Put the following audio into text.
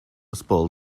spoil